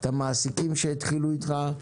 את המעסיקים שהתחילו איתך,